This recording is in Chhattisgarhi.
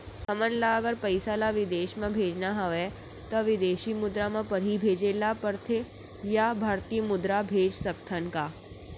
हमन ला अगर पइसा ला विदेश म भेजना हवय त विदेशी मुद्रा म पड़ही भेजे ला पड़थे या भारतीय मुद्रा भेज सकथन का?